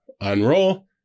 unroll